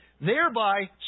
thereby